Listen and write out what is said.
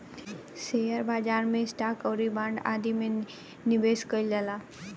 share बाजार में stock आउरी बांड आदि में निबेश कईल जाला